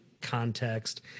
context